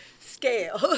scale